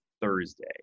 Thursday